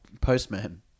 postman